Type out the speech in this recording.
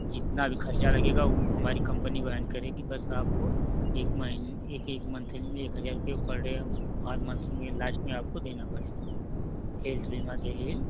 जितना भी खर्चा लगेगा हमारी कम्पनी वहन करेगी बस आपको एक महीने एक एक मंथ में एक हजार रुपये पर दे हर मंथ में लास्ट में आपको देना पड़ेगा हेल्थ बीमा के लिए